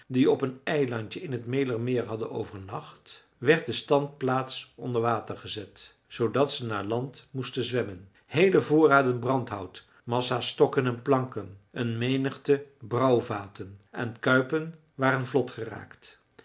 die op een eilandje in t mälermeer hadden overnacht werd de standplaats onder water gezet zoodat ze naar land moesten zwemmen heele voorraden brandhout massa's stokken en planken een menigte brouwvaten en kuipen waren vlotgeraakt